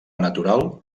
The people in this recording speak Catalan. natural